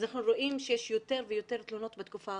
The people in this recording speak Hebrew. בתקופה האחרונה אפשר לראות יותר ויותר תלונות,